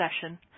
session